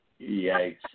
Yikes